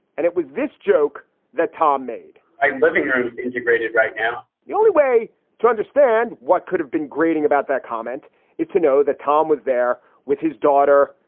and it was this joke that tom made a living here it was integrated right now, the only way to understand what could have been grating about that comment is to know that tom was there with his daughter,